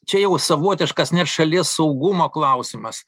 čia jau savotiškas net šalies saugumo klausimas